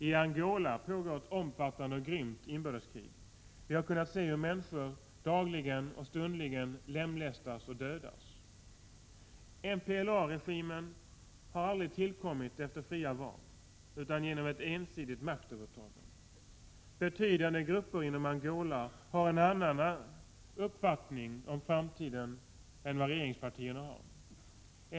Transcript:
I Angola pågår ett omfattande och grymt inbördeskrig. Vi har kunnat se hur människor dagligen och stundligen lemlästas och dödas. MPLA-regimen tillkom inte efter fria val utan genom ett ensidigt maktövertagande. Betydande grupper inom Angola har en annan uppfattning om framtiden än vad regeringspartierna har.